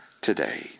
today